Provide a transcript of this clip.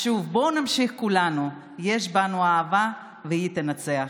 אז שוב, בואו נמשיך כולנו, יש בנו אהבה והיא תנצח.